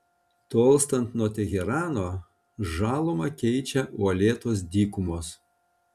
tolstant nuo teherano žalumą keičią uolėtos dykumos